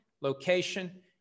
location